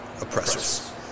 Oppressors